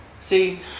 See